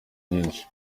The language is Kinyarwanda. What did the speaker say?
nyinshi